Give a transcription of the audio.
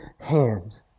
hand